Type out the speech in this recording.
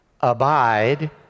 Abide